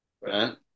Right